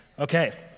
Okay